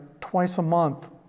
twice-a-month